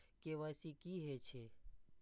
KYC की हे छे?